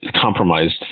compromised